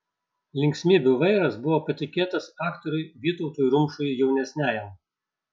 linksmybių vairas buvo patikėtas aktoriui vytautui rumšui jaunesniajam